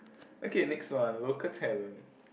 okay next one local talent